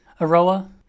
Aroa